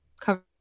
cover